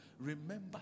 Remember